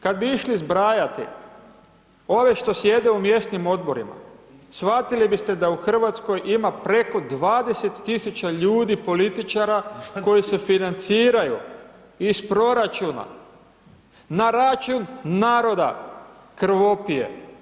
Kad bi išli zbrajati, ove što sjede u mjesnim odborima, shvatili biste da u Hrvatskoj ima preko 20000 ljudi političara, koji se financiraju iz proračuna, na račun naroda, krvopije.